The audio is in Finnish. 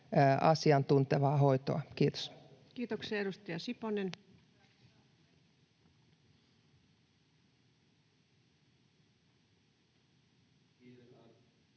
asiantuntevaa hoitoa. — Kiitos. Kiitoksia. — Edustaja Siponen. Kiitos,